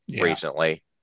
recently